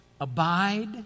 Abide